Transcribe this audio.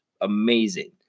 amazing